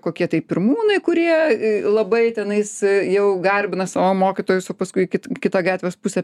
kokie tai pirmūnai kurie labai tenais jau garbina savo mokytojus o paskui kit į kitą gatvės pusę